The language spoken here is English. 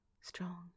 strong